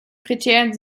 kriterien